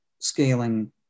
scaling